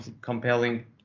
Compelling